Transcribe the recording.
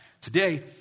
Today